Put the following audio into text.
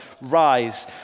rise